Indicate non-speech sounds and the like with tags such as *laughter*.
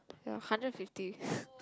ya hundred fifty *laughs*